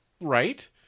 Right